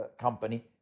company